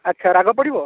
ଆଚ୍ଛା ରାଗ ପଡ଼ିବ